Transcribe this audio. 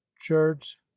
church